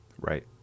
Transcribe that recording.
Right